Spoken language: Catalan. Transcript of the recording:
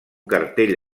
cartell